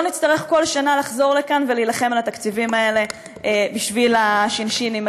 שלא נצטרך כל שנה לחזור לכאן ולהילחם על התקציבים האלה בשביל השינשינים.